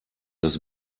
das